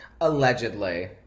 allegedly